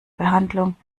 behandlung